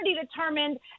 determined